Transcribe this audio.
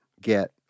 get